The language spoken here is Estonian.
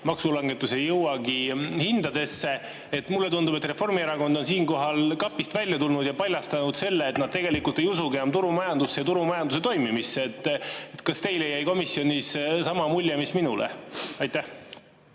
maksulangetus ei jõuagi hindadesse. Mulle tundub, et Reformierakond on siinkohal kapist välja tulnud ja paljastanud selle, et nad tegelikult ei usu enam turumajandusse ja turumajanduse toimimisse. Kas teile jäi komisjonis sama mulje, mis minule? Aitäh,